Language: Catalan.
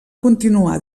continuar